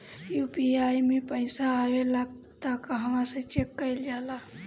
UPI मे पइसा आबेला त कहवा से चेक कईल जाला?